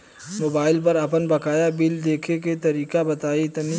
Mobile पर आपन बाकाया बिल देखे के तरीका बताईं तनि?